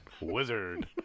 wizard